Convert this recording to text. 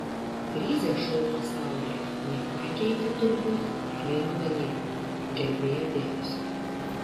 krizė šou pasaulyje nepakeitė turbūt tik vieno dalyko gerbėjų dėmesio